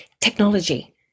Technology